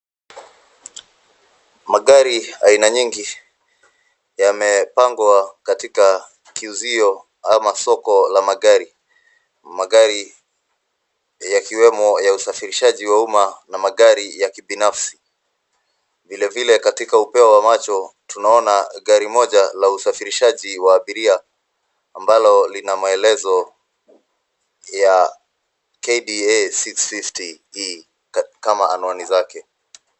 Magari aina nyingi, yamepangwa katika kiuzio ama soko la magari. Magari yakiwemo ya usafirishaji wa umma na magari ya kibinafsi. Vile vile katika upeo wa macho tunaona gari moja la usafirishaji wa abiria ambalo lina maelezo ya KDA 650E kama anwani zake.